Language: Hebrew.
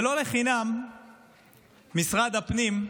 ולא לחינם משרד הפנים,